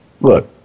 look